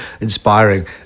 inspiring